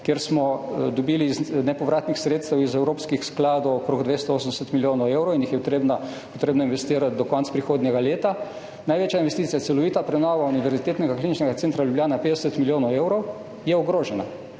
kjer smo dobili iz nepovratnih sredstev iz evropskih skladov okrog 280 milijonov evrov in jih je potrebno investirati do konca prihodnjega leta, največja investicija, celovita prenova Univerzitetnega kliničnega centra Ljubljana 50 milijonov evrov, je ogrožena.